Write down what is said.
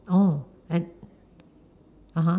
orh I (uh huh)